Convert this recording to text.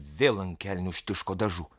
vėl ant kelnių užtiško dažų